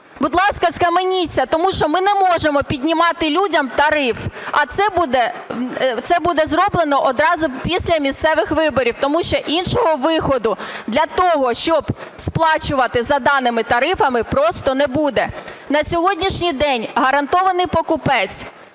Будь ласка, схаменіться, тому що ми не можемо піднімати людям тариф. А це буде зроблено одразу після місцевих виборів, тому що іншого виходу для того, щоб сплачувати за даними тарифами просто не буде. На сьогоднішній день гарантований покупець